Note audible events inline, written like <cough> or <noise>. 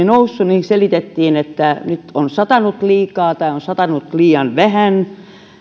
<unintelligible> nousseet selitettiin että nyt on satanut liikaa tai on satanut liian vähän